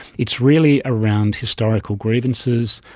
it's really around historical grievances,